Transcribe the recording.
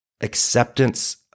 acceptance